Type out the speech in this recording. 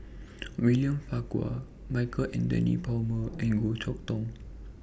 William Farquhar Michael Anthony Palmer and Goh Chok Tong